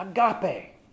agape